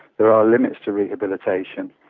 there are limits to rehabilitation.